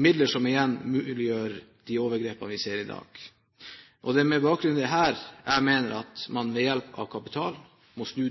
midler som igjen muliggjør de overgrepene vi ser i dag. Det er med bakgrunn i dette jeg mener at man ved hjelp av kapitalen må snu